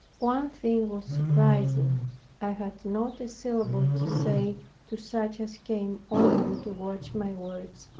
one thing was surprising i had not a syllable to say to such as came only to watch my words,